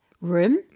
Room